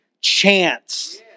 chance